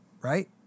Right